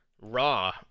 Raw